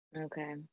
Okay